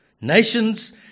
Nations